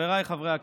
חבריי חברי הכנסת,